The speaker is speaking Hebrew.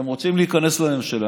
אז בוודאי צריך לאמץ אותו,